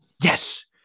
Yes